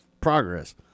Progress